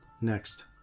Next